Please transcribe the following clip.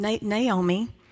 Naomi